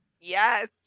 yes